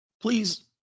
Please